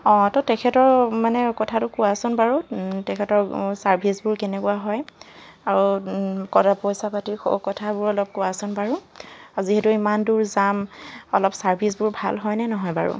অঁ তো তেখেতৰ মানে কথাটো কোৱাচোন বাৰু তেখেতৰ চাৰ্ভিছবোৰ কেনেকুৱা হয় আৰু পইচা পাতি কথাবোৰ অলপ কোৱাচোন বাৰু যিহেতু ইমান দূৰ যাম অলপ চাৰ্ভিছবোৰ ভাল হয়নে নহয় বাৰু